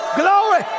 glory